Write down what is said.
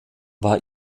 war